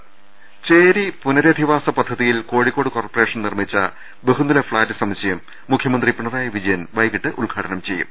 ദൃഭ ചേരി പുനരധിവാസ പദ്ധതിയിൽ കോഴിക്കോട് കോർപ്പറേഷൻ നിർമ്മിച്ച ബഹുനില ഫ്ളാറ്റ് സമുച്ചയം മുഖ്യമന്ത്രി പിണറായി വിജയൻ വൈകീട്ട് ഉദ്ഘാടനം ചെയ്യും